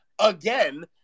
again